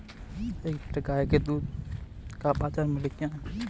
एक लीटर गाय के दूध का बाज़ार मूल्य क्या है?